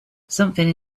something